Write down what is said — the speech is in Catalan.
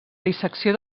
dissecció